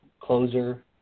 closer